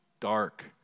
dark